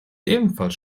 ebenfalls